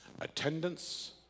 Attendance